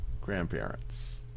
grandparents